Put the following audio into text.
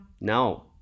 No